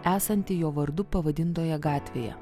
esantį jo vardu pavadintoje gatvėje